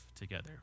together